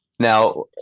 Now